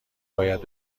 باید